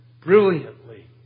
brilliantly